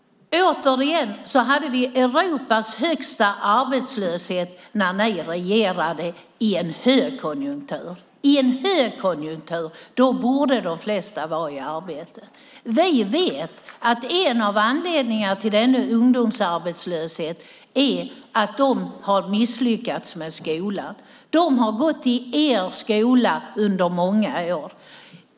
Vi hade Europas högsta arbetslöshet när ni regerade, Amineh Kakabaveh - i en högkonjunktur; i en högkonjunktur borde de flesta vara i arbete. Vi vet att en av anledningarna till den ungdomsarbetslöshet som finns är att ungdomarna misslyckats med skolan. De har gått i er skola under många år.